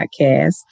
Podcast